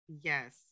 Yes